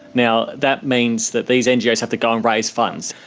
now that means that these ngos have to go and raise funds.